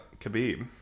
Khabib